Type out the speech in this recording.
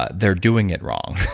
ah they're doing it wrong.